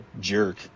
jerk